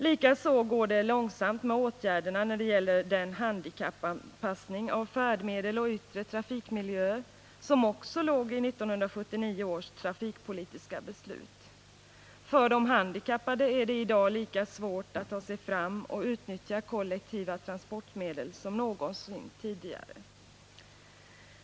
Likaså går det långsamt med åtgärderna när det gäller den handikappanpassning av färdmedel och yttre trafikmiljöer som också låg i 1979 års trafikpolitiska beslut. För de handikappade är det i dag lika svårt att ta sig fram och utnyttja kollektiva transportmedel som någonsin tidigare.